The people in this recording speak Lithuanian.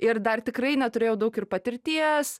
ir dar tikrai neturėjau daug ir patirties